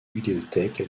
bibliothèque